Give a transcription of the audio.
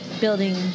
building